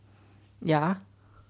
ya